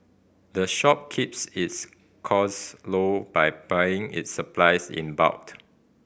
the shop keeps its costs low by buying its supplies in